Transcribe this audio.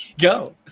Go